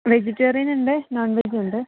വെജിറ്റേറിയനുണ്ട് നോൺവെജും ഉണ്ട്